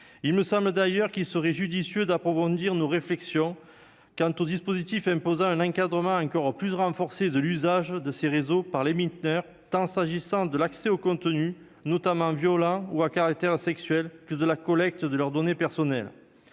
il me semble d'ailleurs qu'il serait judicieux d'approfondir nos réflexions quant au dispositif imposer un encadrement encore plus renforcée de l'usage de ces réseaux par les militaires, tant s'agissant de l'accès au compte tenu, notamment, violents ou à caractère sexuel, plus de la collecte de leurs données personnelles